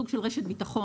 סוג של רשת ביטחון?